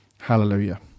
Hallelujah